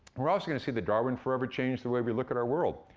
we're also gonna see that darwin forever changed the way we look at our world,